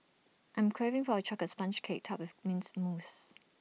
I'm craving for A Chocolate Sponge Cake Topped with mints mousse